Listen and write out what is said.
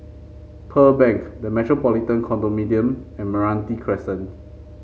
Pearl Bank The Metropolitan Condominium and Meranti Crescent